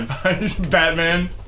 Batman